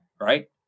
right